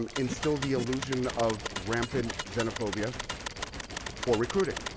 um instill the illusion of rampant xenophobia for recruiting.